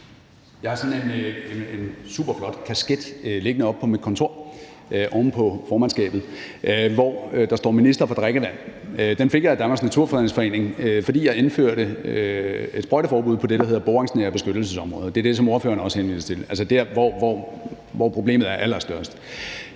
Jeg har sådan en superflot kasket liggende oppe på mit kontor oven på formandskabet, hvor der står »Minister for drikkevand«. Den fik jeg af Danmarks Naturfredningsforening, fordi jeg indførte et sprøjteforbud på det, der hedder boringsnære beskyttelsesområder, altså der, hvor problemet er allerstørst.